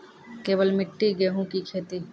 केवल मिट्टी गेहूँ की खेती?